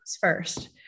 first